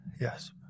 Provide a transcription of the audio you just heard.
Yes